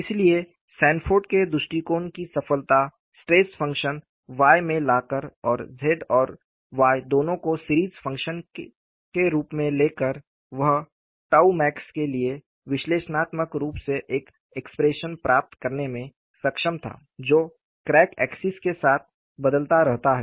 इसलिए सैनफोर्ड के दृष्टिकोण की सफलता स्ट्रेस फंक्शन Y में लाकर और Z और Y दोनों को सीरीज फंक्शन के रूप में लेकर वह 𝜏 max के लिए विश्लेषणात्मक रूप से एक एक्सप्रेशन प्राप्त करने में सक्षम था जो क्रैक एक्सिस के साथ बदलता रहता है